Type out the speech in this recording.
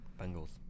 Bengals